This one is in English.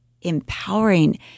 empowering